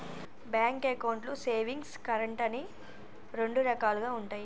bank అకౌంట్లు savings, current అని రెండు రకాలుగా ఉంటయి